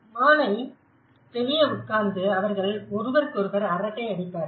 மாலை வெளியே உட்கார்ந்து அவர்கள் ஒருவருக்கொருவர் அரட்டை அடிப்பார்கள்